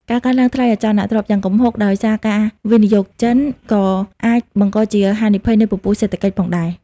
ការកើនឡើងថ្លៃអចលនទ្រព្យយ៉ាងគំហុកដោយសារការវិនិយោគចិន ក៏អាចបង្កជាហានិភ័យនៃពពុះសេដ្ឋកិច្ចផងដែរ។